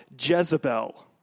Jezebel